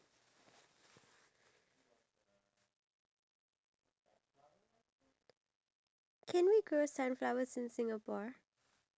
they have a sunflower like garden like sunflower field if you take photos over there then it's so like nice